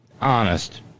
honest